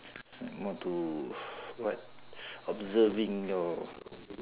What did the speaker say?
more to observing your